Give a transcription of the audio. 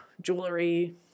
jewelry